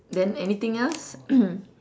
then anything else